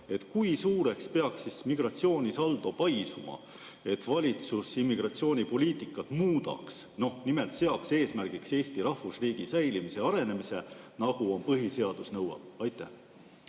–, kui suureks peaks siis migratsioonisaldo paisuma, et valitsus immigratsioonipoliitikat muudaks, nimelt seaks eesmärgiks Eesti rahvusriigi säilimise ja arenemise, nagu põhiseadus nõuab. See